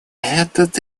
этот